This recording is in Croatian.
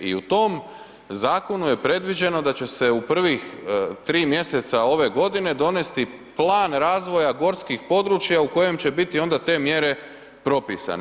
I u tom zakonu je predviđeno da će se u prvih 3 mjeseca ove godine donijeti Plan razvoja gorskih područja, u kojem će biti onda te mjere propisane.